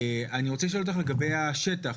אני רוצה לשאול אותך לגבי השטח,